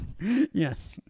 Yes